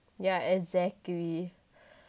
yeah exactly